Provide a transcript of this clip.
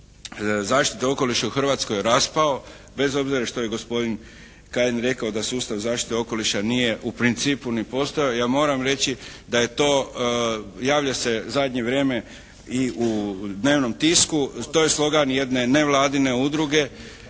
zaštite okoliša u Hrvatskoj raspao bez obzira što je gospodin Kajin rekao da sustav zaštite okoliša nije u principu ni postojao ja moram reći da je to, javlja se u zadnje vrijeme i u dnevnom tisku, to je slogan jedne nevladine udruge